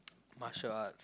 martial arts